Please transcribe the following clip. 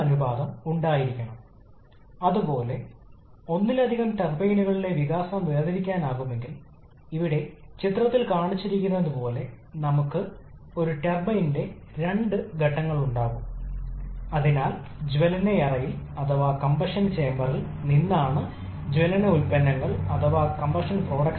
അതിനാൽ ഈ രീതിയിൽ ഈ മൂന്ന് സൈക്കിളുകളും ബന്ധപ്പെട്ടിരിക്കുന്നു മാത്രമല്ല ഇത് അനുയോജ്യമായ ഒരു എയർ സ്റ്റാൻഡേർഡ് സൈക്കിളാണ് ഇത് നമ്മൾ ഗണിതശാസ്ത്രപരമായി വിശകലനം ചെയ്യുന്ന രീതിയാണ്